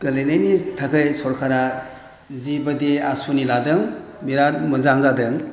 गेलेनायनि थाखाय सरखारा जि बायदि आसनि लादों बिराद मोजां जादों